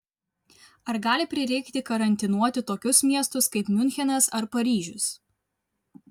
ar gali prireikti karantinuoti tokius miestus kaip miunchenas ar paryžius